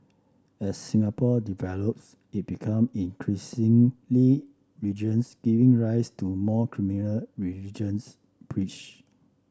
as Singapore develops it become increasingly regions giving rise to more criminal religions breach